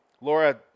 Laura